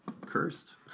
cursed